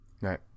Right